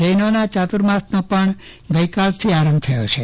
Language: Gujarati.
જૈનોના ચાર્તુમાસનો પણ ગઈકાલથી પારંભ થયો છે